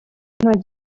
nta